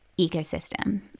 ecosystem